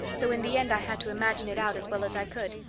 so in the end i had to imagine it out as well as i could.